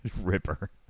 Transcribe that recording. Ripper